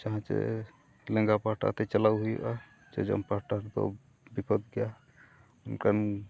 ᱡᱟᱦᱟᱸ ᱪᱮ ᱞᱮᱸᱜᱟ ᱯᱟᱦᱴᱟᱛᱮ ᱪᱟᱞᱟᱣ ᱦᱩᱭᱩᱜᱼᱟ ᱡᱚᱡᱚᱢ ᱯᱟᱦᱴᱟ ᱨᱮᱫᱚ ᱵᱤᱯᱚᱫ ᱜᱮᱭᱟ ᱚᱱᱠᱟᱱ